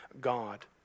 God